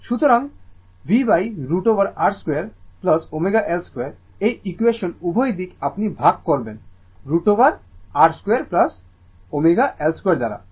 সুতরাং v √ over R 2 ω L 2 এই ইকুয়েশনের উভয় দিক আপনি ভাগ করবেন √ over R 2 ω L2 দ্বারা